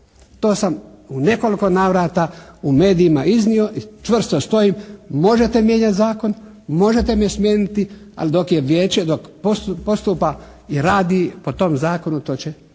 To sam u nekoliko navrata u medijima iznio i čvrsto stojim, možete mijenjati zakon, možete me smijeniti ali dok je Vijeće, dok postupa i radi po tom zakonu to će